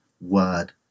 word